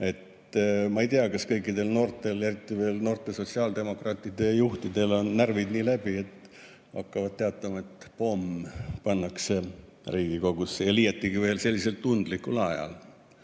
Ma ei tea, kas kõikidel noortel ja eriti noorte sotsiaaldemokraatide juhtidel on närvid nii läbi, et hakkavad teatama, et pomm pannakse Riigikogusse, liiatigi veel sellisel tundlikul ajal.